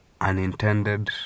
unintended